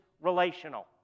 Relational